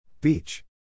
Beach